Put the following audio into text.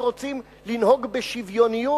ורוצים לנהוג בשוויוניות,